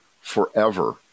forever